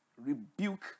rebuke